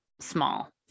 small